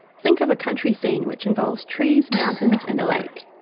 think of a country scene which involves trees, mountains and a lake.